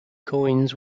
coins